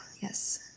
yes